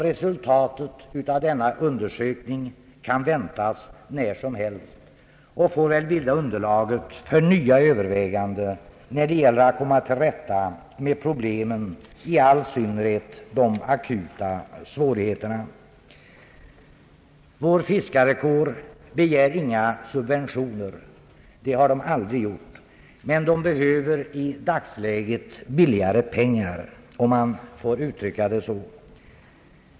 Resultatet av denna undersökning kan väntas när som helst och får väl bilda underlaget för nya överväganden, när det gäller att komma till rätta med problemen, i all synnerhet de akuta svårigheterna. Vår fiskarkår begär inga subventioner; det har de aldrig gjort, men de behöver i dagsläget billigare pengar, om man får uttrycka det så.